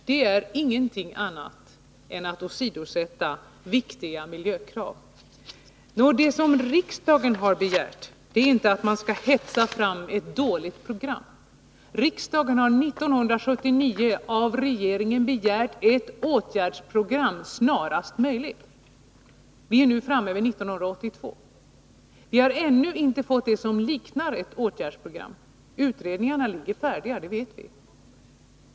Detta är ingenting annat än att åsidosätta viktiga miljökrav. Det som riksdagen har begärt är inte att man skall hetsa fram ett dåligt program. Riksdagen begärde 1979 av regeringen ett åtgärdsprogram snarast möjligt. Vi är nu framme vid 1982 och har ännu inte fått någonting som liknar ett åtgärdsprogram. Utredningarna är färdiga — det vet vi.